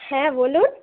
হ্যাঁ বলুন